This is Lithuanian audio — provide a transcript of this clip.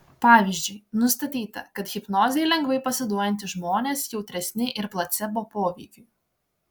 pavyzdžiui nustatyta kad hipnozei lengvai pasiduodantys žmonės jautresni ir placebo poveikiui